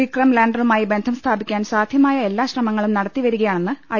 വിക്രം ലാന്ററുമായി ബന്ധം സ്ഥാപിക്കാൻ സാധ്യമായ് എല്ലാ ശ്രമങ്ങളും നടത്തിവരികയാ ണെന്ന് ഐ